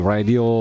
Radio